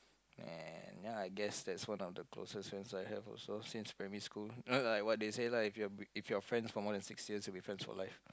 eh ya I guess that's one of the closest friends I have also since primary school like what they say lah if you b~ if you have friends for more than six years you will be friends for life